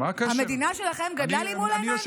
המדינה שלכם גדלה לי מול העיניים,